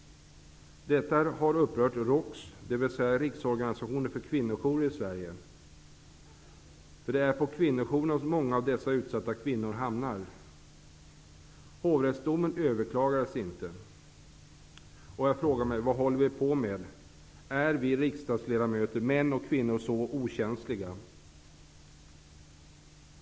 Detta har upprört ROKS, dvs. Riksorganisationen för kvinnojourer i Sverige. Det är nämligen på kvinnojourerna som många av dessa utsatta kvinnor hamnar. Hovrättsdomen överklagades inte. Jag frågar: Vad håller vi på med? Är vi riksdagsledamöter, män och kvinnor, så okänsliga?